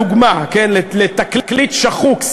דוגמה לתקליט שחוק,